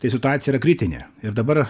tai situacija yra kritinė ir dabar